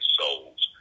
souls